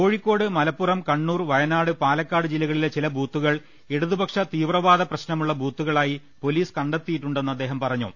Kozhikode Malappuram Kannur Wayanad Palakkad ജില്ലകളിലെ ചില ബൂത്തുകൾ ഇടതുപ ക്ഷ തീവ്രവാദ പ്രശ്നമുള്ള ബൂത്തുകളായി പോലീസ് കണ്ടെത്തി യിട്ടുണ്ടെന്ന് അദ്ദേഹം പറഞ്ഞു